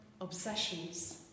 obsessions